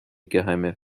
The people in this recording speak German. geheime